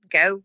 go